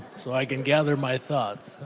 so i can gather my thoughts.